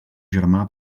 germà